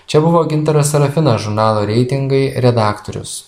čia buvo gintaras serafinas žurnalo reitingai redaktorius